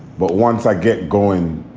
but once i get going.